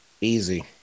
Easy